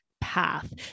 Path